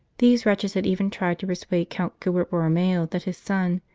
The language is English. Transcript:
these wretches had even tried to persuade count gilbert borromeo that his son,